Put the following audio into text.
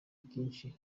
byinshi